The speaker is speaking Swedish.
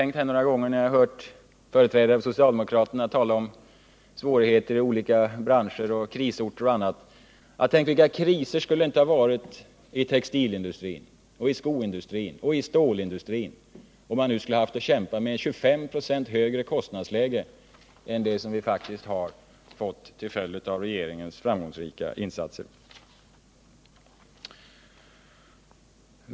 När jag har hört företrädare för socialdemokraterna tala om svårigheter i olika branscher, krisorter och annat, har jag tänkt: Vilka kriser skulle det inte ha varit i textilindustrin, i skoindustrin, i stålindustrin, om man nu skulle ha haft att kämpa med ett 25 96 högre kostnadsläge än det som vi faktiskt har fått tack vare regeringens framgångsrika insatser.